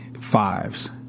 fives